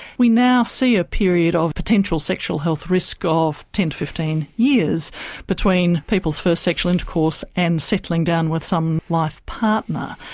we now see a period of potential sexual health risks of ten to fifteen years between people's first sexual intercourse and settling down with some life partner.